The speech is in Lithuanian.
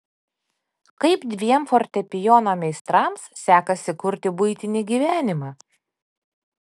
kaip dviem fortepijono meistrams sekasi kurti buitinį gyvenimą